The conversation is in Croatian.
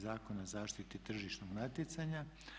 Zakona o zaštiti tržišnog natjecanja.